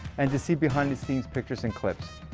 and to see behind the scenes pictures and clips.